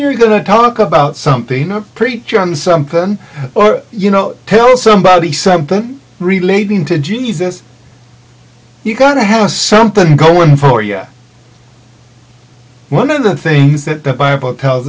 you're going to talk about something you know preach on something you know tell somebody something relating to jesus you got to have something going for you one of the things that the bible tells